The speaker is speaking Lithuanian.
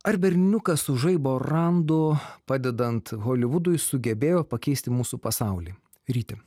ar berniukas su žaibo randu padedant holivudui sugebėjo pakeisti mūsų pasaulį ryti